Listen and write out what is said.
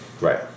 Right